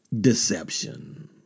Deception